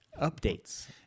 updates